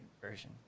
version